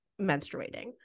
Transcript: menstruating